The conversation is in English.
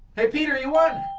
hey, peter, you won!